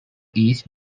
east